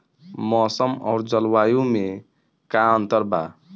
मौसम और जलवायु में का अंतर बा?